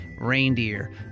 reindeer